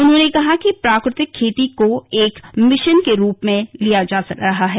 उन्होंने कहा कि प्राकृतिक खेती को एक मिशन के रूप में लिया जा रहा है